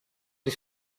dei